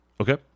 Okay